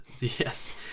Yes